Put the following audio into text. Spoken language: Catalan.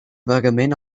vagament